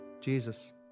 Jesus